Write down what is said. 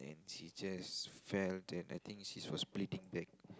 she just fell then I think she was bleeding back